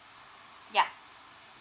ya